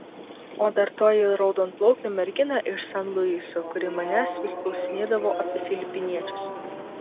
o dar toji raudonplaukė mergina iš san luiso kuri manęs vis klausinėdavo apie filipiniečius